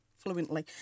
fluently